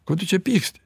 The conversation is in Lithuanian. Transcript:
ko tu čia pyksti